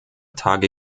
tage